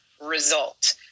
result